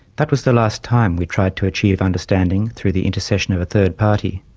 that was the last time we tried to achieve understanding through the intersession of a third party.